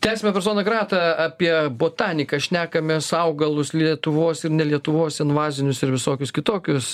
tęsiame persona grata apie botaniką šnekamės augalus lietuvos ir ne lietuvos invazinius ir visokius kitokius